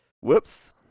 Whoops